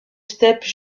steppes